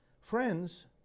friends